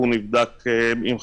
והוא נבדק עם חזרתו.